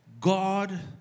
God